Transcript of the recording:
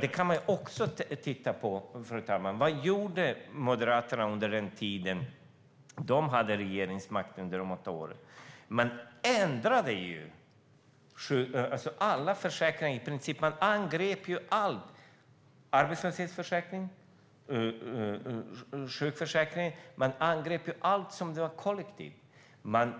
Vi kan titta på vad Moderaterna gjorde under de åtta år som de hade regeringsmakten. Man ändrade i princip alla försäkringar. Man angrep allt: arbetslöshetsförsäkringen, sjukförsäkringen. Man angrep allting som var kollektivt. Man